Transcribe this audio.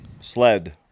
sled